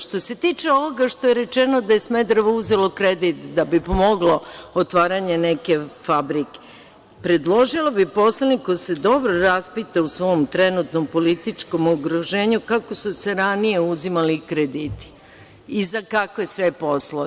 Što se tiče ovoga što je rečeno da je Smederevo uzelo kredit da bi pomoglo otvaranje neke fabrike, predložila bih poslaniku da se dobro raspita u svom trenutnom političkom okruženju kako su se ranije uzimali krediti i za kakve sve poslove.